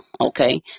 okay